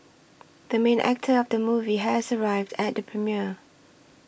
the main actor of the movie has arrived at the premiere